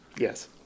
yes